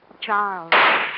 Charles